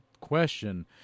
question